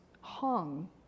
hung